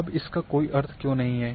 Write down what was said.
अब इसका कोई अर्थ क्यों नहीं है